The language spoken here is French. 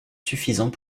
suffisants